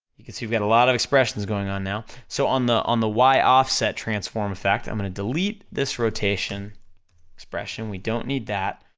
you can see we have a lot of expressions going on now, so on the on the y offset transform effect, i'm gonna delete delete this rotation expression, we don't need that,